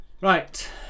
Right